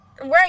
Right